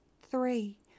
Three